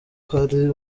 hari